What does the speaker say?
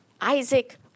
Isaac